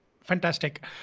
Fantastic